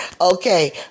okay